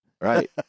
Right